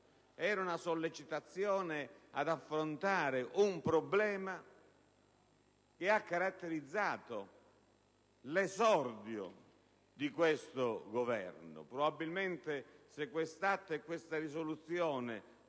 di una sollecitazione ad affrontare un problema che ha caratterizzato l'esordio di questo Governo. Forse se quest'atto e questa risoluzione